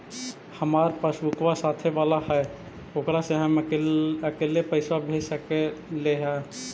हमार पासबुकवा साथे वाला है ओकरा से हम अकेले पैसावा भेज सकलेहा?